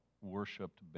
worshipped